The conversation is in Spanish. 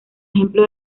ejemplo